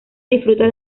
disfruta